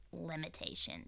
limitations